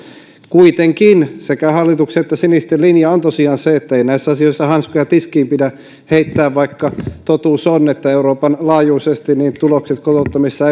kuitenkin sekä hallituksen että sinisten linja on tosiaan se että ei näissä asioissa hanskoja tiskiin pidä heittää vaikka totuus on että euroopan laajuisesti tulokset kotouttamisessa